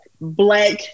black